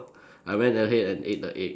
I went ahead and ate the egg